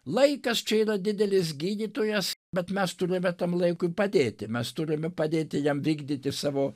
laikas čia yra didelis gydytojas bet mes turime tam laikui padėti mes turime padėti jam vykdyti savo